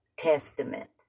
testament